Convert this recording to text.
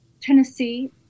Tennessee